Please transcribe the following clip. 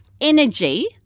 energy